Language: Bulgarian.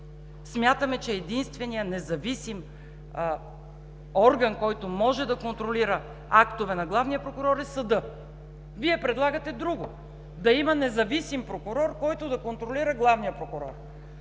Смятаме, че единственият независим орган, който може да контролира актове на главния прокурор, е съдът. Вие предлагате друго – да има независим прокурор, който да контролира главния прокурор.